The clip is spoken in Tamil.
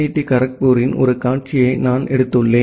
டி காரக்பூரின் ஒரு காட்சியை நான் எடுத்துள்ளேன்